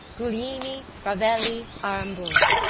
giuglini, ravelli, aramburo.